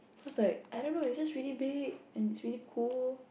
because like I don't know it's just really big and it's really cool